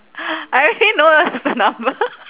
I already know what's the number